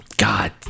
God